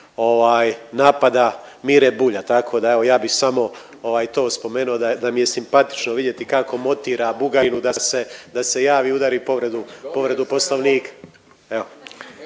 napada Mire Bulja tako da evo ja bi samo ovaj to spomenuo da mi je simpatično vidjeti kako motira Bugarinu da se, da se javi i udari povredu Poslovnika.